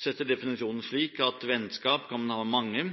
setter definisjonen slik at vennskap kan man ha